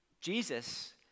Jesus